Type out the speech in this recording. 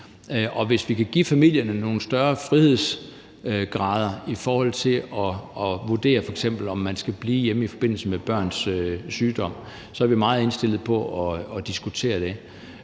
Og hvis vi kan give familierne nogle større frihedsgrader i forhold til f.eks. at vurdere, om man skal blive hjemme i forbindelse med børns sygdom, er vi meget indstillet på at diskutere det.